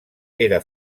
era